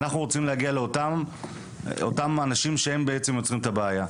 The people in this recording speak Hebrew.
אנחנו רוצים להגיע לאותם אנשים שבעצם יוצרים את הבעיה,